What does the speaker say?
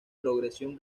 progresión